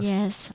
Yes